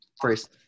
first